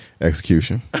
Execution